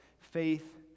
faith